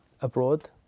abroad